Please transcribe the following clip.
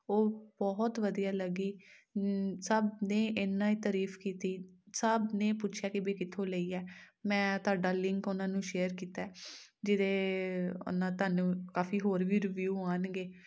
ਉਹ ਬਹੁਤ ਵਧੀਆ ਲੱਗੀ ਸਭ ਨੇ ਐਨਾ ਤਾਰੀਫ ਕੀਤੀ ਸਭ ਨੇ ਪੁੱਛਿਆ ਕਿ ਵੀ ਕਿੱਥੋਂ ਲਈ ਹੈ ਮੈਂ ਤੁਹਾਡਾ ਲਿੰਕ ਉਹਨਾਂ ਨੂੰ ਸ਼ੇਅਰ ਕੀਤਾ ਹੈ ਜਿਹਦੇ ਨਾਲ ਤੁਹਾਨੂੰ ਕਾਫੀ ਹੋਰ ਵੀ ਰਿਵਿਊ ਆਉਣਗੇ